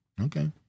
Okay